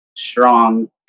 strong